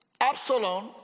Absalom